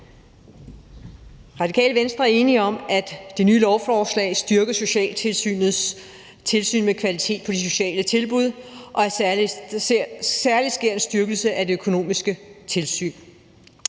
Radikale Venstre enige i, at det nye lovforslag styrker Socialtilsynets tilsyn med kvalitet på de sociale tilbud, og at der særlig sker en styrkelse af det økonomiske tilsyn.